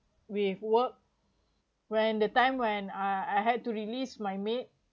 with worked when the time when I I had to release my maid